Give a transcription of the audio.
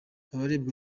abarebwa